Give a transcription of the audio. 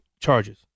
charges